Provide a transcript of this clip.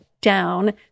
down